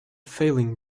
failing